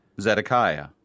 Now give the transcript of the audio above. Zedekiah